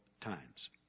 times